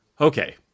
Okay